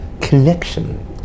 connection